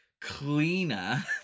cleaner